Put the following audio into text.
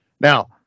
Now